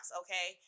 okay